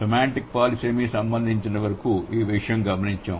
semantic పాలిసెమికి సంబంధించినంతవరకు ఈ విషయం గమనించాం